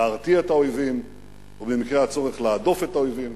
להרתיע את האויבים ובמקרה הצורך להדוף את האויבים.